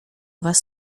was